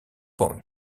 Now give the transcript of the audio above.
point